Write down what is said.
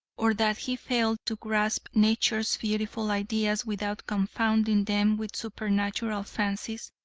or that he failed to grasp nature's beautiful ideas without confounding them with supernatural fancies,